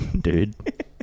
dude